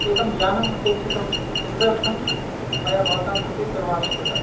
एकं यानम् अपेक्षितम् एतदर्थं मया भवतां कृते दूरवाणी कृता